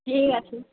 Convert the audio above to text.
ঠিক আছে